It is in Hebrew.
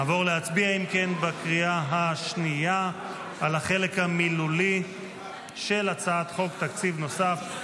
נעבור בקריאה השנייה על החלק המילולי של הצעת חוק תקציב נוסף.